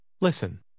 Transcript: Listen